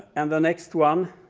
and the next one,